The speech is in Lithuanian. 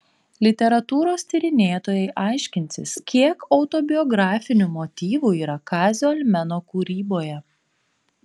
literatūros tyrinėtojai aiškinsis kiek autobiografinių motyvų yra kazio almeno kūryboje